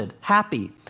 happy